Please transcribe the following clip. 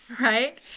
Right